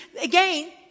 Again